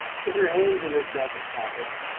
with her hands in her jacket pockets,